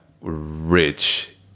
rich